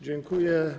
Dziękuję.